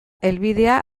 helbidea